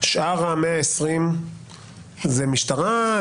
שאר 120 הם של המשטרה?